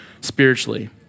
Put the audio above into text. spiritually